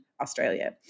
Australia